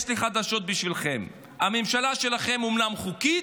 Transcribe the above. יש לי חדשות בשבילכם: הממשלה שלכם אומנם חוקית,